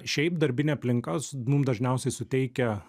šiaip darbinė aplinka mum dažniausiai suteikia